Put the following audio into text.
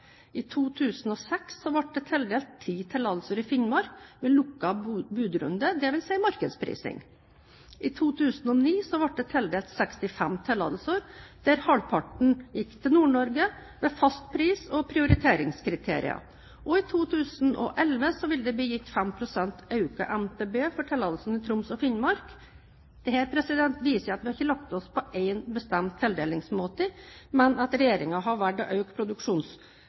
i 2006 ble det tildelt ti tillatelser i Finnmark ved lukket budrunde, dvs. markedsprising i 2009 ble det tildelt 65 tillatelser, der halvparten gikk til Nord-Norge, ved fast pris og prioriteringskriterier, og i 2011 vil det bli gitt 5 pst. økt MTB for tillatelsene i Troms og Finnmark Dette viser at vi ikke har lagt oss på én bestemt tildelingsmåte, men at regjeringen har